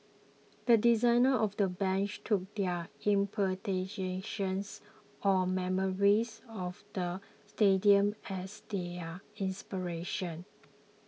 the designers of the bench took their interpretations or memories of the stadium as their inspiration